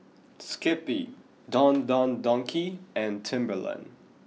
Skippy Don Don Donki and Timberland